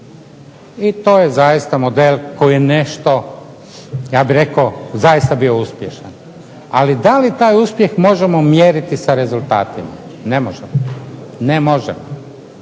I to je zaista model koji nešto ja bih rekao zaista bio uspješan. Ali da li taj uspjeh možemo mjeriti sa rezultatima. Ne možemo. Jer je